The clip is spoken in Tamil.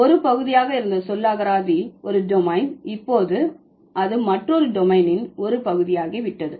ஒரு பகுதியாக இருந்த சொல்லகராதி ஒரு டொமைன் இப்போது அது மற்றொரு டொமைனின் ஒரு பகுதியாகிவிட்டது